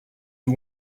you